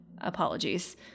apologies